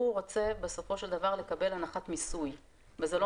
הוא רוצה בסופו של דבר לקבל הנחת מיסוי וזה לא